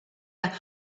woot